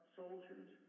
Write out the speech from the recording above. soldiers